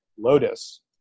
Lotus